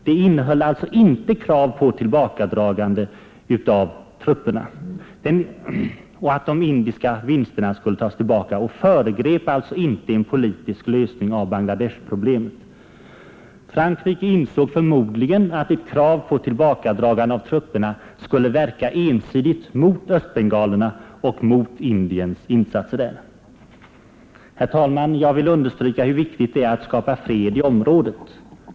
Det innehöll alltså inte krav på tillbakadragande av trupperna och på uppgivande av de indiska vinsterna, och det föregrep alltså inte en politisk lösning av Bangla Desh-problemet. Frankrike insåg förmodligen att ett krav på tillbakadragande av trupperna skulle verka ensidigt mot östbengalerna och mot Indiens insatser för dem. Herr talman! Jag vill understryka hur viktigt det är att skapa fred i området.